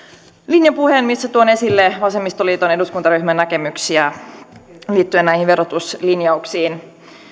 linjapuheen missä tuon esille vasemmistoliiton eduskuntaryhmän näkemyksiä liittyen näihin verotuslinjauksiin